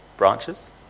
branches